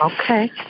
Okay